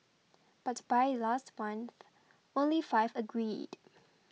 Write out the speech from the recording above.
but by last month only five agreed